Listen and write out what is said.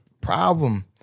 problem